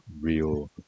real